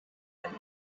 and